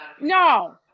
No